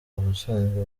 ubusanzwe